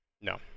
No